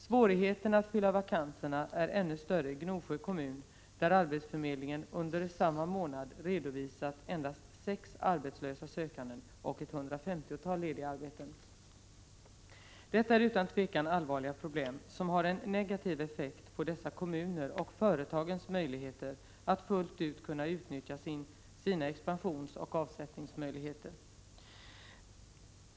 Svårigheterna att fylla vakanserna är ännu större i Gnosjö kommun, där arbetsförmedlingen under samma månad redovisat endast 6 arbetslösa sökande och ca 150 lediga jobb. Detta är utan tvivel allvarliga problem, som har en negativ effekt för dessa kommuner och för företagens möjligheter att fullt ut kunna utnyttja sina expansionsoch avsättningsmöjligheter.